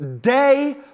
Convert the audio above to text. Day